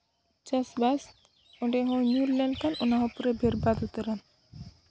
ᱪᱟᱥᱵᱟᱥ ᱚᱸᱰᱮ ᱦᱚᱸ ᱧᱩᱨ ᱞᱮᱱᱠᱷᱟᱱ ᱚᱱᱟ ᱦᱚᱸ ᱯᱩᱨᱟᱹ ᱵᱮᱨᱵᱟᱫᱽ ᱩᱛᱟᱹᱨᱟ